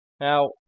Now